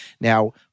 now